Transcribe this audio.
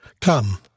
Come